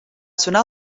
sonar